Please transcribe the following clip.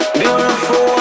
beautiful